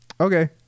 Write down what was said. okay